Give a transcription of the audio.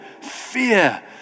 fear